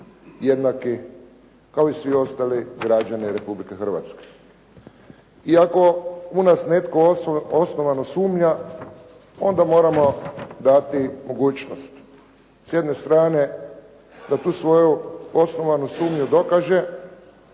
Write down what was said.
jednaki kao i svi ostali građani Republike Hrvatske. I ako u nas netko osnovano sumnja, onda moramo dati mogućnost s jedne strane da tu svoju osnovanu sumnju dokaže,